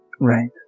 right